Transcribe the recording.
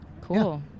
Cool